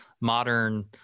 Modern